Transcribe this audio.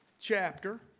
chapter